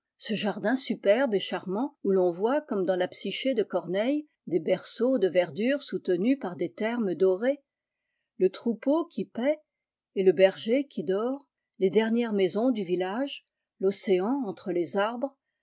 ce jardin superbe et charmant où ton voit comme dans la psyché de corneille c des berceaux de verdure soutenus par des termes dorés le troupeau qui paît et le berger qui dort les dernières maisons du village tocéan entre les arbres